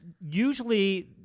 usually